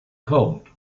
cold